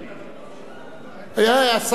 השר בוגי יעלון, בבקשה.